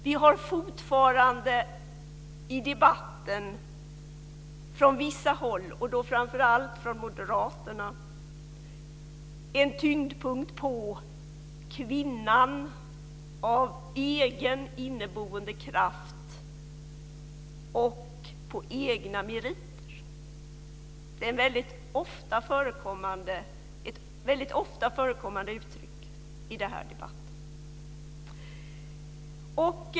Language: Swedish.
Vi har fortfarande i debatten från vissa håll, framför allt från moderaterna, en tyngdpunkt på kvinnans egen inneboende kraft och egna meriter. Det är väldigt ofta förekommande uttryck i den här debatten.